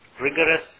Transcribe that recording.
rigorous